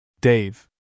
Dave